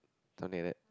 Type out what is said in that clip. something like that